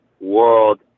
world